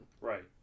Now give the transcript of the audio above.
Right